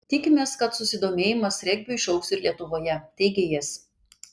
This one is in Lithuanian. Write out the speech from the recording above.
tikimės kad susidomėjimas regbiu išaugs ir lietuvoje teigė jis